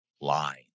line